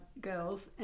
girls